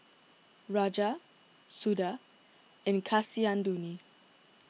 Raja Suda and Kasinadhuni